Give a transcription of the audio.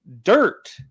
dirt